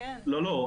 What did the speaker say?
לא, לא.